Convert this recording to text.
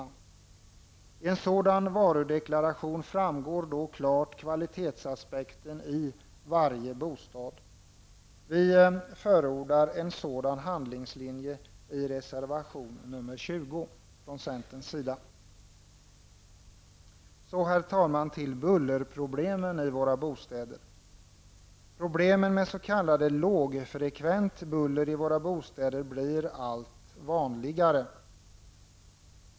I en sådan varudeklaration framgår klart kvalitetsaspekten i varje bostad. Vi förordar en sådan handlingslinje i reservation 20. Herr talman! Så till bullerproblemen i våra bostäder. Problem med s.k. lågfrekvent buller i våra bostäder blir allt vanligare.